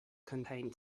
contained